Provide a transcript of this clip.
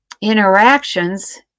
interactions